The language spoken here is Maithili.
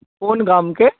कोन गाम के